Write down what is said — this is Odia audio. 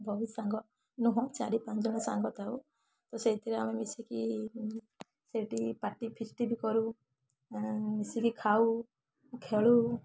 ବହୁତ ସାଙ୍ଗ ନୁହଁ ଚାରି ପାଞ୍ଚ ଜଣ ସାଙ୍ଗ ଥାଉ ତ ସେଇଥିରେ ଆମେ ମିଶିକି ସେଇଠି ପାର୍ଟି ଫିଷ୍ଟି ବି କରୁ ମିଶିକି ଖାଉ ଖେଳୁ